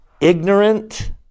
ignorant